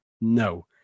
No